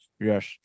Yes